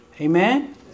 Amen